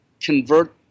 convert –